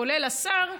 כולל השר,